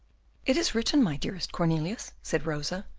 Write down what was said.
it is written, my dearest cornelius, said rosa.